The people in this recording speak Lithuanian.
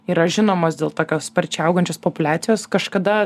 yra žinomos dėl tokios sparčiai augančios populiacijos kažkada